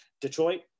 Detroit